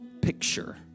picture